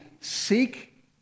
seek